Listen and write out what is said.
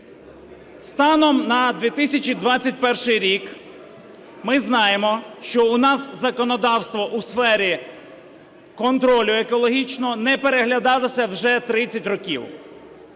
Станом на 2021 рік ми знаємо, що у нас законодавство у сфері контролю екологічного не переглядалося вже 30 років.